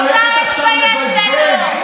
אותה אצבע יש לנו.